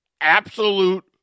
absolute